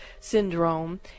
syndrome